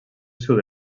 sud